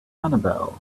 annabelle